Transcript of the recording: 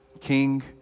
king